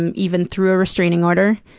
um even through a restraining order.